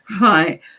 right